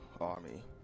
army